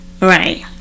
Right